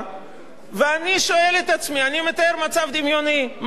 אני מתאר מצב דמיוני: מה היה קורה אם פלסנר לא היה עולה על עץ,